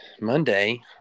Monday